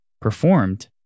performed